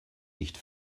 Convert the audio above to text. nicht